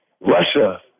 Russia